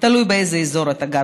תלוי באיזה אזור אתה גר,